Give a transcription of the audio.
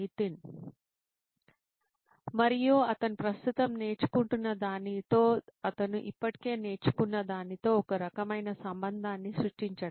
నితిన్ దీనికి మరియు అతను ప్రస్తుతం నేర్చుకుంటున్నదానితో అతను ఇప్పటికే నేర్చుకున్న దానితో ఒక రకమైన సంబంధాన్ని సృష్టించడం